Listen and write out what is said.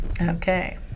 Okay